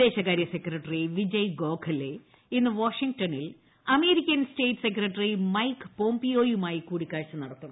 വിദേശകാരൃ സെക്രട്ടറി വിജയ് ഗോഖലെ ഇന്ന് വാഷിംഗ്ടണിൽ അമേരിക്കൻ സ്റ്റേറ്റ് സെക്രട്ടറി മൈക്ക് പോംപിയോയുമായി കൂടിക്കാഴ്ച നടത്തും